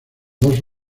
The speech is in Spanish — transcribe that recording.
dos